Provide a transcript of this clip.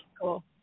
cool